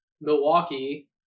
Milwaukee